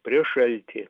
prieš šaltį